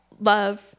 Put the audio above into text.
love